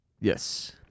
Yes